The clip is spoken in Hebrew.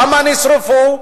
למה נשרפו?